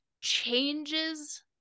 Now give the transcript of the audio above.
changes